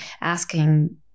asking